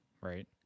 right